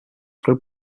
grow